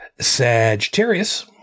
Sagittarius